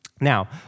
Now